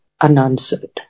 unanswered